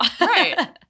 Right